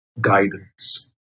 guidance